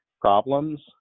problems